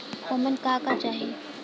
ओमन का का चाही?